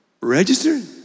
Registered